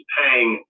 paying